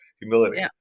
humility